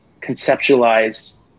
conceptualize